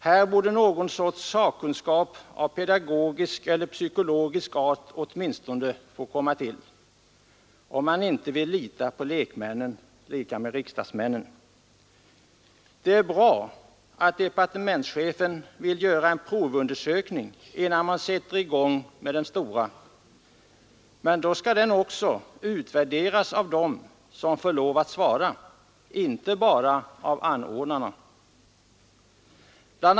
Här borde någon sorts sakkunskap av pedagogisk eller psykologisk art åtminstone få komma till, om man inte vill lita enbart på riksdagsmännens bedömning. Det är bra att departementschefen vill göra en provundersökning innan man sätter i gång med den stora, men då skall provet också utvärderas av dem som får lov att svara, inte bara av anordnarna. Bl.